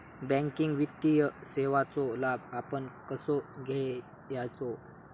Banking वित्तीय सेवाचो लाभ आपण कसो घेयाचो?